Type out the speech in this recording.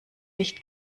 licht